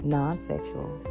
non-sexual